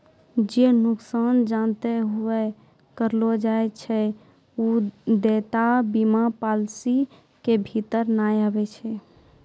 जे नुकसान जानते हुये करलो जाय छै उ देयता बीमा पालिसी के भीतर नै आबै छै